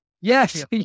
yes